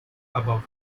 above